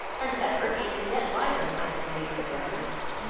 an effort even yet lighter might have made her their friend.